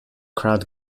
crowd